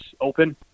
open